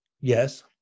Yes